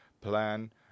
plan